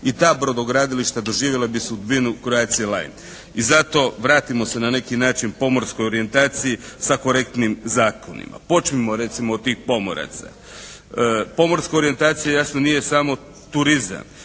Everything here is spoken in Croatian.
i ta brodogradilišta doživjela bi sudbinu "Croatia Line" i zato vratimo se na neki način pomorskoj orijentaciji sa korektnim zakonima. Počnimo recimo od tih pomoraca. Pomorska orijentacija jasno nije samo turizam.